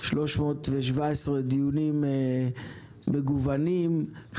317 דיונים מגוונים,